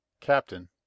Captain